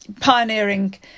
pioneering